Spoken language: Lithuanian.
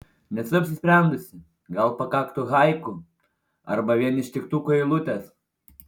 nesu apsisprendusi gal pakaktų haiku arba vien ištiktukų eilutės